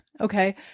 Okay